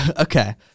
Okay